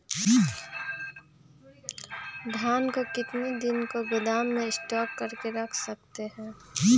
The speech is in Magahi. धान को कितने दिन को गोदाम में स्टॉक करके रख सकते हैँ?